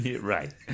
Right